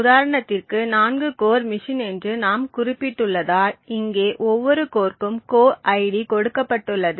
உதாரணத்திற்கு 4 core machine என்று நாம் குறிப்பிட்டுள்ளதால் இங்கே ஒவ்வொரு கோர்க்கும் கோர் ID கொடுக்கப்பட்டுள்ளது